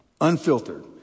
Unfiltered